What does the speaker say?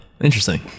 Interesting